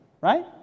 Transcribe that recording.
Right